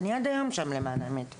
אני עד היום שם, למען האמת.